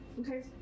Okay